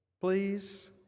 please